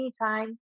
anytime